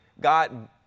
God